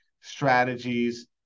strategies